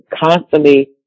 constantly